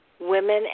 women